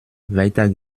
weiter